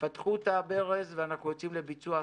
פתחו את הברז ואנחנו יוצאים לביצוע.